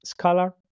scalar